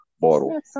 bottle